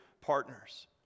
partners